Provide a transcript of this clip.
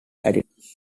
attitude